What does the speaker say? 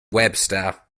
webster